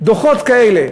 דוחות כאלה,